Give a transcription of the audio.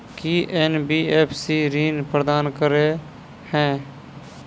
की NBFC ऋण प्रदान करे है?